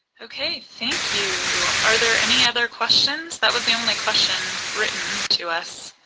okay, thank you. are there any other question? that was the only question written to us.